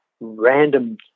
random